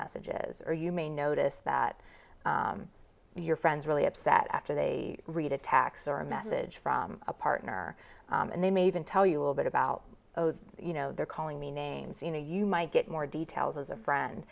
messages or you may notice that your friends really upset after they read a tax or a message from a partner and they may even tell you a bit about you know they're calling me names you know you might get more details as a friend